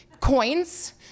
coins